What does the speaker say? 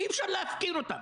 אי-אפשר להפקיר אותם.